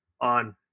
on